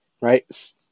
right